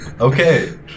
okay